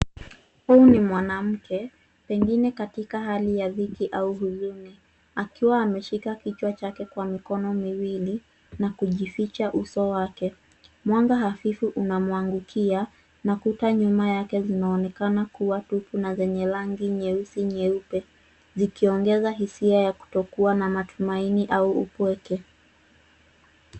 Huu ni mwanamke pengine katika hali ya dhiki au huzuni akiwa ameshika kichwa chake kwa mikono miwili na kujificha uso wake. Mwanga hafifu unamwangukia na kuta nyuma yake zinaonekana kuwa tupu na zenye rangi nyeusi nyeupe zikiongeza hisia ya kutokuwa na matumaini au upweke.